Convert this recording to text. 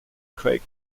craig